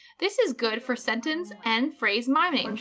this is good for sentence and phrase mining.